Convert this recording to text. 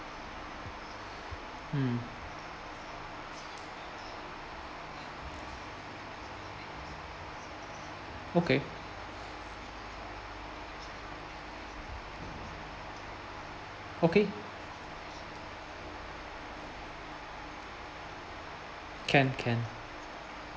mm okay okay can can